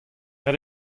ret